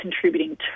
contributing